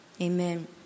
amen